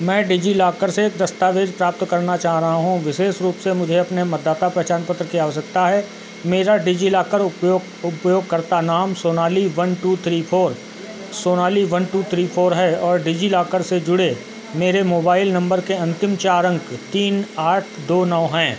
मैं डिजिलॉकर से एक दस्तावेज प्राप्त करना चाह रहा हूँ विशेष रूप से मुझे अपने मतदाता पहचान पत्र की आवश्यकता है मेरा डिजिलॉकर उपयोग उपयोगकर्ता नाम Sonali one two three four Sonali one two three four है और डिजिलॉकर से जुड़े मेरे मोबाइल नम्बर के अन्तिम चार अंक तीन आठ दो नौ हैं